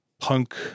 punk